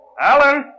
Alan